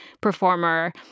performer